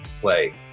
play